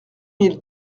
mille